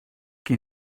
qui